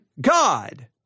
God